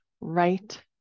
right